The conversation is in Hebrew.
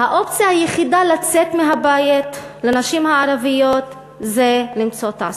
האופציה היחידה לצאת מהבית לנשים הערביות זה למצוא תעסוקה.